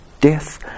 death